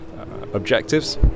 objectives